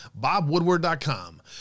bobwoodward.com